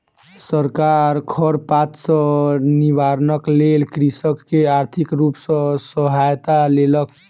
सरकार खरपात सॅ निवारणक लेल कृषक के आर्थिक रूप सॅ सहायता केलक